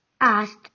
asked